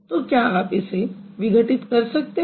तो क्या आप इसे विघटित कर सकते हैं